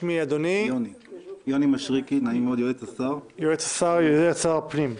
אני יועץ שר הפנים.